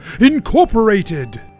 Incorporated